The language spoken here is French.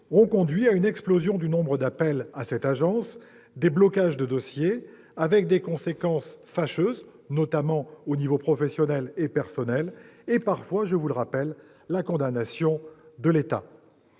ont conduit à une explosion du nombre d'appels à cette agence, des blocages de dossiers, avec des conséquences fâcheuses, notamment aux niveaux professionnel et personnel, et parfois, je le rappelle, la condamnation de l'État.